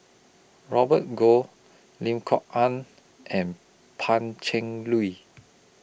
Robert Goh Lim Kok Ann and Pan Cheng Lui